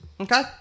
Okay